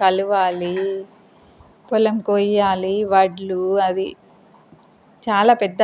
కలవాలి పొలం కోయాలి వడ్లు అది చాలా పెద్ద